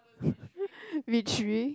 B three